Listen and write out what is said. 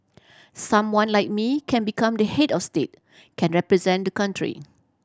someone like me can become the head of state can represent the country